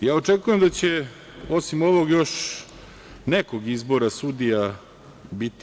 Očekujem da će osim ovog još nekog izbora sudija biti.